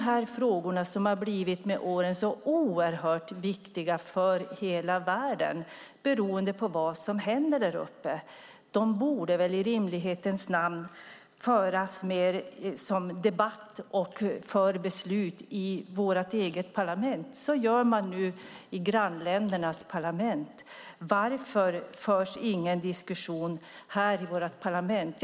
De här frågorna har med åren blivit oerhört viktiga för hela världen, beroende på vad som händer där uppe. Det borde väl i rimlighetens namn föras mer debatt om dem och fattas beslut i vårt eget parlament. Så gör man nu i grannländernas parlament. Varför förs ingen diskussion i vårt parlament?